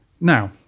Now